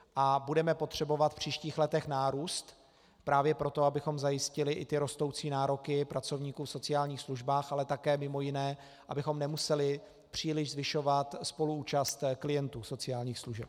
A budeme potřebovat v příštích letech nárůst právě proto, abychom zajistili i ty rostoucí nároky pracovníků v sociálních službách, ale také mj. abychom nemuseli příliš zvyšovat spoluúčast klientů sociálních služeb.